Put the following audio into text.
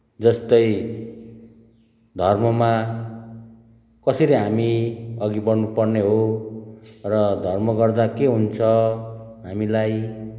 जस्तै धर्ममा कसरी हामी अघि बढ्नुपर्ने हो र धर्म गर्दा के हुन्छ हामीलाई